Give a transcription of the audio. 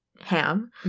ham